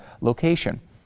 location